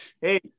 hey